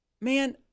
man